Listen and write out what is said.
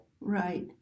Right